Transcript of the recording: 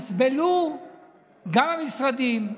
יסבלו גם המשרדים,